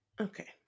Okay